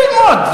אז תתחילי ללמוד.